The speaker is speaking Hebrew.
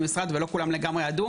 הנוער.